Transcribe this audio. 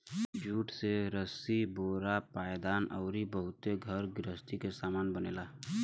jute से रसरी बोरा पायदान अउरी बहुते घर गृहस्ती के सामान बनेला